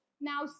now